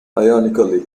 ironically